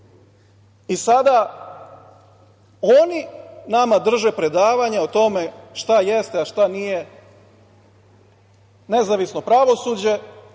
Sada oni nama drže predavanje o tome šta jeste, a šta nije nezavisno pravosuđe,